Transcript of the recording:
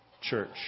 church